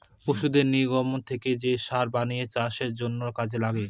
পশুদের নির্গমন থেকে যে সার বানিয়ে চাষের জন্য কাজে লাগে